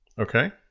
Okay